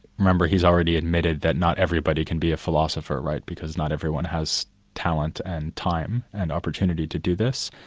remember, he's already admitted that not everybody can be a philosopher, right, because not everyone has talent and time and opportunity to do this,